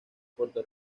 puerto